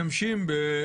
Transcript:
שלנו.